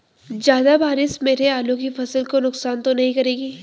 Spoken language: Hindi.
ज़्यादा बारिश मेरी आलू की फसल को नुकसान तो नहीं करेगी?